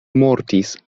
mortis